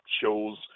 shows